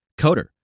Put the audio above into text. coder